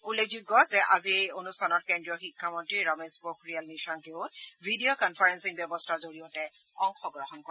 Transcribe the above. উল্লেখযোগ্য যে আজিৰ এই অনুষ্ঠানত কেন্দ্ৰীয় শিক্ষা মন্ত্ৰী ৰমেশ পোখৰিয়াল নিশাংকেও ভিডিও কনফাৰেলিং ব্যৱস্থাৰ জৰিয়তে অংশগ্ৰহণ কৰে